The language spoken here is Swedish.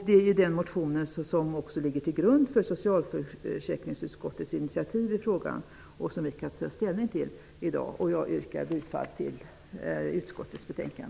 Det är den motionen som ligger till grund för socialförsäkringsutskottets initiativ i frågan, som vi kan ta ställning till i dag. Jag yrkar bifall till utskottets hemställan.